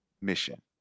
mission